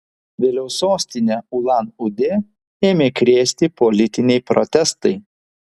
vėliau sostinę ulan udę ėmė krėsti politiniai protestai